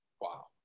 Wow